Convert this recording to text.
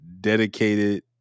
dedicated